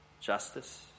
justice